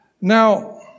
Now